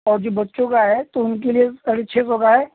और जो बच्चों का है तो उनके लिए साढ़े छः सौ का है